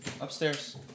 Upstairs